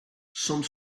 some